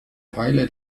teile